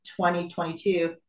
2022